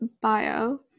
bio